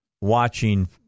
watching